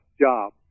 job